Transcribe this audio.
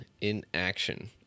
inaction